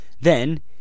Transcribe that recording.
Then